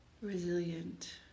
resilient